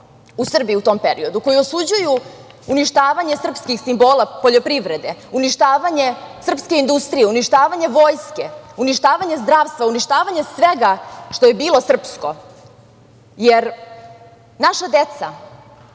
u Srbiji u tom periodu, koji osuđuju uništavanje srpskih simbola poljoprivrede, uništavanje srpske industrije, uništavanje vojske, uništavanje zdravstva, uništavanje svega što je bilo srpsko. Jer, naša deca,